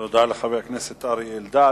תודה לחבר הכנסת אריה אלדד.